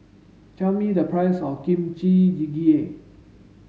tell me the price of Kimchi Jjigae